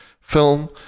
film